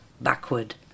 backward